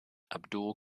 abdul